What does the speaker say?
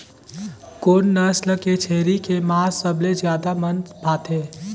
कोन नस्ल के छेरी के मांस सबले ज्यादा मन भाथे?